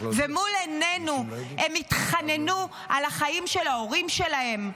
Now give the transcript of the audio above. ומול עינינו הם התחננו על החיים של ההורים שלהם,